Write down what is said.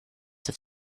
have